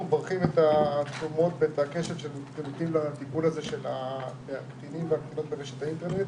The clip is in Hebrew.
אנחנו מברכים על הקשב שניתן לטיפול בקטינים ובקטינות ברשת האינטרנט.